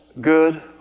good